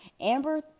Amber